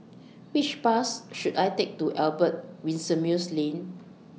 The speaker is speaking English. Which Bus should I Take to Albert Winsemius Lane